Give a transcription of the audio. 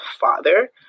father